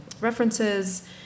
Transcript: references